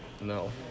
No